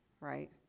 Right